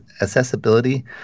Accessibility